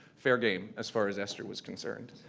fair game, as far as esther was concerned.